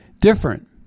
different